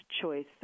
choice